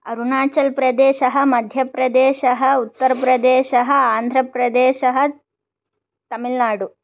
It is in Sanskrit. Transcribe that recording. अरुणाचलप्रदेशः मध्यप्रदेशः उत्तरप्रदेशः आन्ध्रप्रदेशः तमिल्नाडु